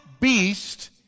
beast